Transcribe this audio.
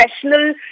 professional